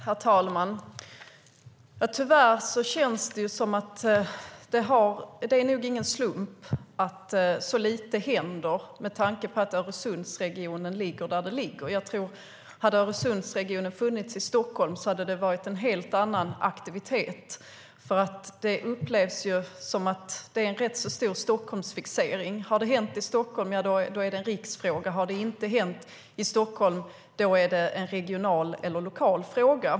Herr talman! Tyvärr känns det inte som någon slump att det är så lite som händer med tanke på att Öresundsregionen ligger där den ligger. Om Öresundsregionen hade funnits i Stockholm skulle det ha varit en helt annan aktivitet. Det upplevs som att det är en rätt stor Stockholmsfixering. Om något har hänt i Stockholm är det en riksfråga. Om det inte har hänt i Stockholm är det en regional eller lokal fråga.